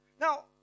Now